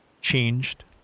changed